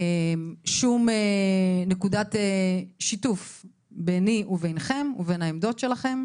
שום נקודת שיתוף ביני וביניכם ובין העמדות שלכם